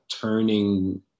turning